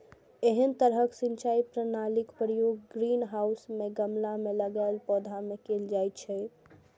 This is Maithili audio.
एहन तरहक सिंचाई प्रणालीक प्रयोग ग्रीनहाउस मे गमला मे लगाएल पौधा मे कैल जाइ छै